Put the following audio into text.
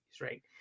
right